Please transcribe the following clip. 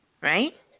right